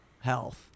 health